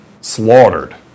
slaughtered